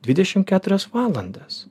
dvidešim keturias valandas